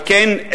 על כן,